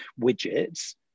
widgets